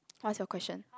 I ask you a question